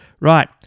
Right